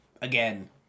again